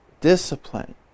discipline